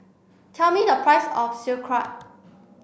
tell me the price of Sauerkraut